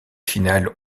finales